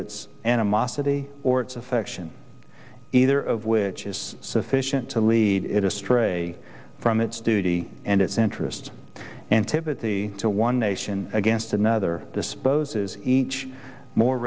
its animosity or its affection either of which is sufficient to lead it astray from its duty and its interest antipathy to one nation against another disposes each more